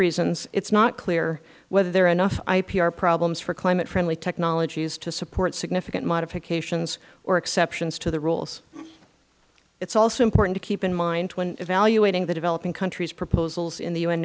reasons it is not clear whether there are enough ipr problems for climate friendly technologies to support significant modifications or exceptions to the rules it is also important to keep in mind when evaluating the developing countries proposals in the u